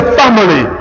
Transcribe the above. family